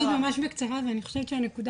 אז אני אגיד ממש בקצרה ואני חושבת שהנקודה